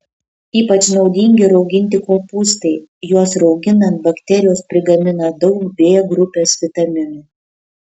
ypač naudingi rauginti kopūstai juos rauginant bakterijos prigamina daug b grupės vitaminų